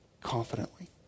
confidently